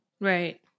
Right